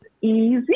easy